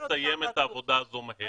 לסיים את העבודה הזאת מהר.